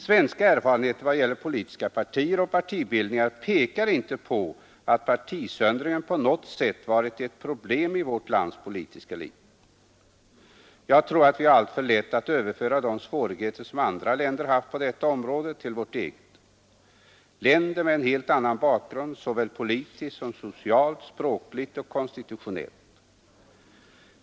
Svenska erfarenheter när det gäller politiska partier och partibildningar pekar inte på att partisöndringen på något sätt varit ett problem i vårt lands politiska liv. Jag tror att vi har alltför lätt att överföra de svårigheter som andra länder haft på detta område till vårt eget land. Det gäller då länder med en helt annan bakgrund, såväl politiskt som socialt, språkligt och konstitutionellt.